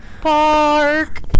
Park